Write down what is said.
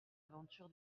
aventure